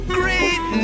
great